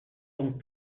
donc